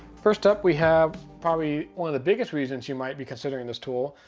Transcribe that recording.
first up, we have probably one of the biggest reasons you might be considering this tool,